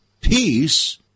peace